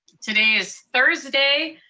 today is thursday,